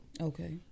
Okay